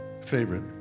favorite